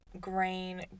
green